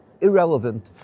irrelevant